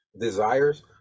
desires